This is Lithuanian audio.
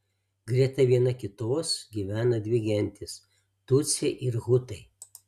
greta viena kitos gyvena dvi gentys tutsiai ir hutai